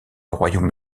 royaume